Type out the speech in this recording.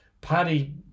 Paddy